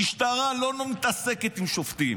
המשטרה לא מתעסקת עם שופטים.